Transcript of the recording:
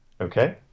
Okay